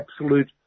absolute